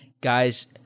Guys